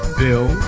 bill